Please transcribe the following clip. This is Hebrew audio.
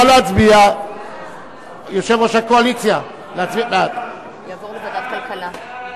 ההצעה להעביר את הצעת חוק הגנת הצרכן (תיקון,